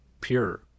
pure